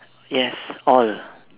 yes all